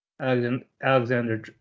Alexander